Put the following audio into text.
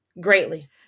greatly